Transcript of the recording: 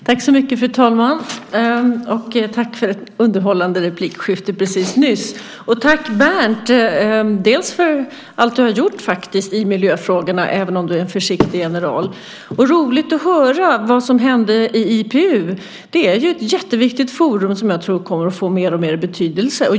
Fru talman! Tack för ett underhållande replikskifte precis nyss! Tack, Berndt, för allt du har gjort i miljöfrågorna, även om du är en försiktig general. Det var roligt att höra vad som hände i IPU. Det är ett jätteviktigt forum, som jag tror kommer att få mer och mer betydelse.